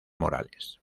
morales